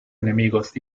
enemigos